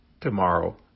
tomorrow